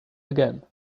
again